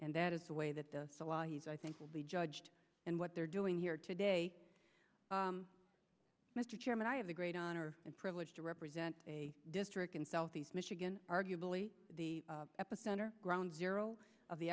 and that is the way that the the law he's i think will be judged and what they're doing here today mr chairman i have the great honor and privilege to represent a district in southeast michigan arguably the epicenter ground zero of the